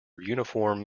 uniform